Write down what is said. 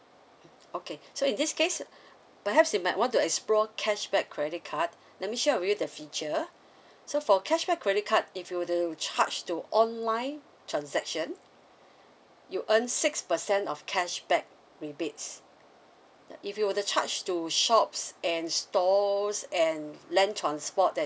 okay so in this case perhaps you might want to explore cashback credit card let me share with you the feature so for cashback credit card if you were to charge to online transaction you earn six percent of cashback rebates now if you were to charge to shops and stalls and land transport and